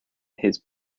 his